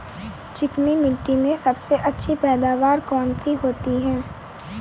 चिकनी मिट्टी में सबसे अच्छी पैदावार कौन सी होती हैं?